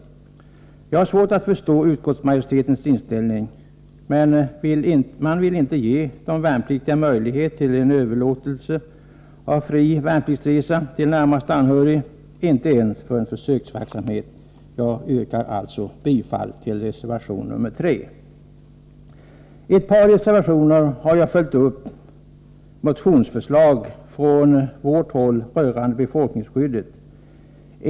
Jag har svårt att förstå utskottsmajoritetens inställning. Man vill inte ge de värnpliktiga möjlighet till att överlåta fri värnpliktsresa till närmaste anhörig, inte ens för en försöksverksamhet. Jag yrkar bifall till reservation 3. I ett par reservationer har jag följt upp motionsförslag från vårt håll rörande befolkningsskyddet.